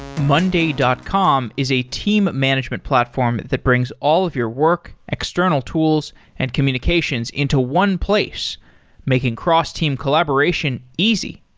monday dot com is a team management platform that brings all of your work, external tools and communications into one place making cross-team collaboration easy.